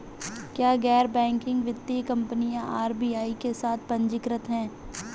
क्या गैर बैंकिंग वित्तीय कंपनियां आर.बी.आई के साथ पंजीकृत हैं?